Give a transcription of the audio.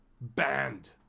banned